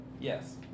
Yes